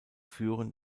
führen